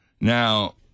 Now